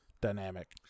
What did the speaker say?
dynamic